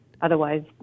Otherwise